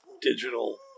digital